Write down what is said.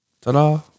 Ta-da